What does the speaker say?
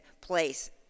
place